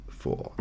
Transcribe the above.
four